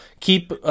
Keep